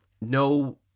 no